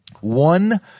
One